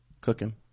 cooking